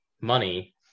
money